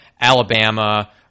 Alabama